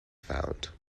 found